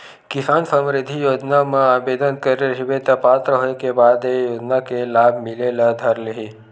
किसान समरिद्धि योजना म आबेदन करे रहिबे त पात्र होए के बाद ए योजना के लाभ मिले ल धर लिही